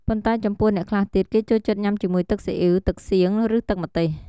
ប៉ុន្តែចំពោះអ្នកខ្លះទៀត គេចូលចិត្តញ៉ាំជាមួយទឹកស៊ីអ៉ីវ ទឹកសៀង ឬទឹកម្ទេស។